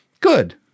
Good